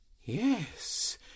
Yes